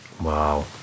Wow